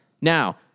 Now